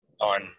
on